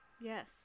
Yes